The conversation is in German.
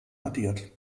addiert